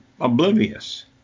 oblivious